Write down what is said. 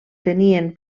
tenien